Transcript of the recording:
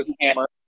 hammer